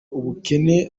ubukene